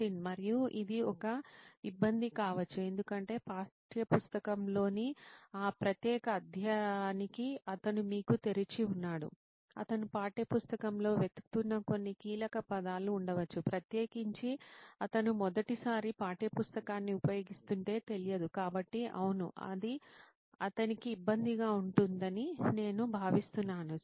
నితిన్ మరియు ఇది ఒక ఇబ్బంది కావచ్చు ఎందుకంటే పాఠ్యపుస్తకంలోని ఆ ప్రత్యేక అధ్యాయానికి అతను మీకు తెరిచి ఉన్నాడు అతను పాఠ్యపుస్తకంలో వెతుకుతున్న కొన్ని కీలకపదాలు ఉండవచ్చు ప్రత్యేకించి అతను మొదటిసారి పాఠ్యపుస్తకాన్ని ఉపయోగిస్తుంటే తెలియదు కాబట్టి అవును అది అతనికి ఇబ్బందిగా ఉంటుందని నేను భావిస్తున్నాను